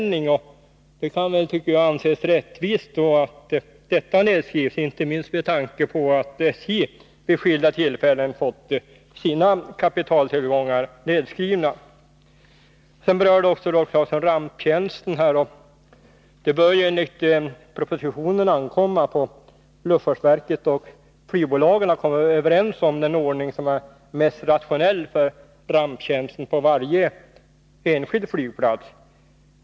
Det kan vara rättvist att det nedskrivs, inte minst med tanke på att SJ vid skilda tillfällen har fått sina kapitaltillgångar nedskrivna. Rolf Clarkson berörde också ramptjänsten. Det bör enligt propositionen ankomma på luftfartsverket och flygbolagen att komma överens om den ordning som är mest rationell för ramptjänsten på varje enskild flygplats.